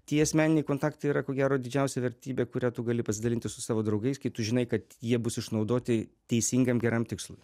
tie asmeniniai kontaktai yra ko gero didžiausia vertybė kurią tu gali pasidalinti su savo draugais kai tu žinai kad jie bus išnaudoti teisingam geram tikslui